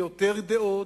יותר דעות,